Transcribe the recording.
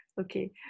Okay